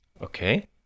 Okay